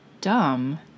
dumb